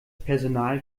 personal